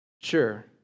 Sure